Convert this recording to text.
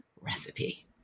recipe